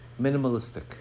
minimalistic